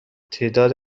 تعدادی